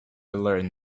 learned